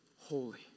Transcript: holy